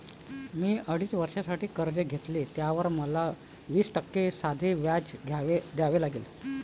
मी अडीच वर्षांसाठी कर्ज घेतले, त्यावर मला वीस टक्के साधे व्याज द्यावे लागले